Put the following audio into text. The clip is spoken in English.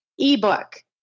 ebook